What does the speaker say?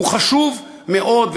הוא חשוב מאוד,